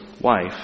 wife